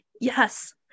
Yes